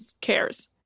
cares